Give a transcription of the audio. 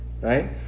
right